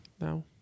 now